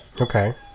Okay